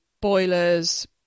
boilers